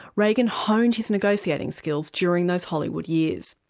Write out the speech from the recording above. reagan honed is negotiating skills during those hollywood years.